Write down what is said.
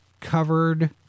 covered